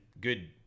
good